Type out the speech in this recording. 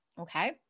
okay